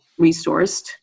resourced